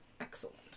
Excellent